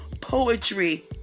poetry